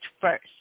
first